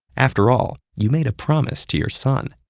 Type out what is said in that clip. after all, you made a promise to your son.